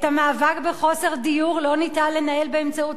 את המאבק בחוסר דיור לא ניתן לנהל באמצעות